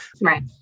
right